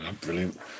Brilliant